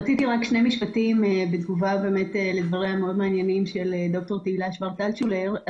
אני רוצה להגיב לדבריה המאוד מעניינים של ד"ר תהילה שוורץ אלטשולר.